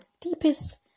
deepest